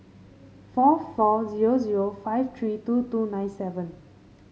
four four zero zero five three two two nine seven